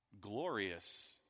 Glorious